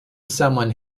someone